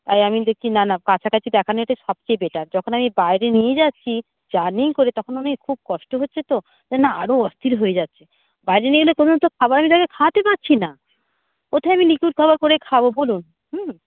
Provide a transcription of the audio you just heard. তাই আমি দেখছি না না কাছাকাছি দেখানোতে সবচেয়ে বেটার যখন আমি বাইরে নিয়ে যাচ্ছি জার্নি করে তখন উনি খুব কষ্ট হচ্ছে তো সে না আরও অস্থির হয়ে যাচ্ছে বাইরে নিয়ে গেলে কোনো তো খাবারের জায়গায় খাওয়াতে পারছি না কোথায় আমি লিকুইড খাবার করে খাওয়াব বলুন